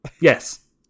Yes